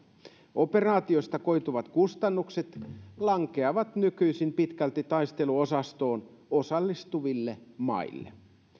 operaatiosta koituvat kustannukset lankeavat nykyisin pitkälti taisteluosastoon osallistuville maille